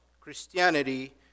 Christianity